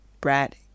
Brad